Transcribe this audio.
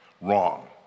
wrong